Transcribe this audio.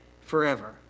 forever